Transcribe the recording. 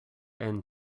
and